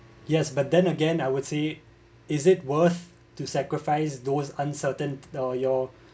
yes but then again I would say is it worth to sacrifice those uncertain your